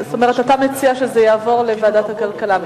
כלומר אתה מציע שזה יעבור לוועדת הכלכלה,